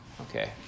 Okay